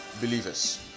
believers